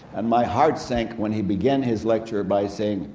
and my heart sank when he began his lecture by saying,